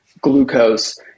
glucose